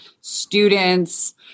students